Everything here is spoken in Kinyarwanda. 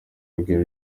urugwiro